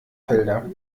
felder